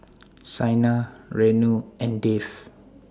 Saina Renu and Dev